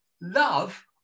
Love